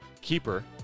keeper